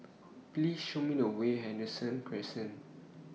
Please Show Me The Way Henderson Crescent